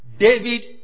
David